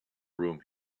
room